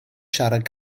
siarad